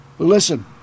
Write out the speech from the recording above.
Listen